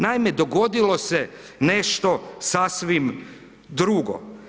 Naime, dogodilo se nešto sasvim drugo.